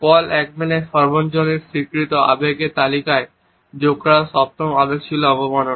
পল একম্যানের সর্বজনস্বীকৃত আবেগের তালিকায় যোগ করা সপ্তম আবেগ ছিল অবমাননা